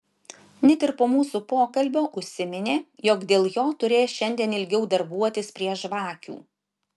net ir po mūsų pokalbio užsiminė jog dėl jo turės šiandien ilgiau darbuotis prie žvakių